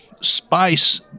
spice